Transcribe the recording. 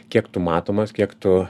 kiek tu matomas kiek tu